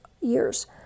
years